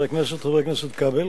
חברי הכנסת, חבר הכנסת כבל,